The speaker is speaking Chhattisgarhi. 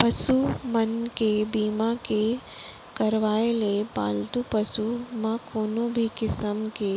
पसु मन के बीमा के करवाय ले पालतू पसु म कोनो भी किसम के